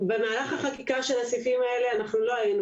במהלך החקיקה של הסעיפים האלה לא היינו